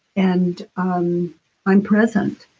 and um i'm present